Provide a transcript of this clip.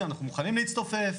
אנחנו מוכנים להצטופף.